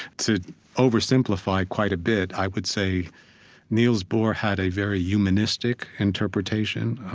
to oversimplify quite a bit, i would say niels bohr had a very humanistic interpretation.